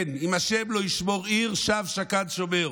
כן, "אם ה' לא ישמר עיר שוא שקד שומר".